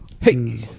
Hey